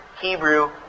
Hebrew